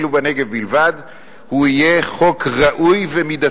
ובנגב בלבד הוא יהיה חוק ראוי ומידתי,